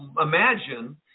imagine